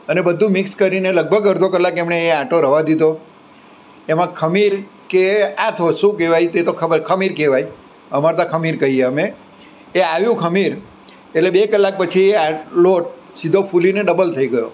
અને બધું મિક્સ કરીને લગભગ અડધો કલાક એમણે એ આટો રહેવા દીધો એમાં ખમીર કે આથો શું કહેવાય તે તો ખબર ખમીર કહેવાય અમારે ત્યાં ખમીર કહીએ અમે કે આવ્યું ખમીર એટલે બે કલાક પછી આ લોટ સીધો ફૂલીને ડબલ થઈ ગયો